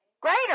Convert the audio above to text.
Greater